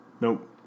Nope